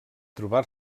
trobar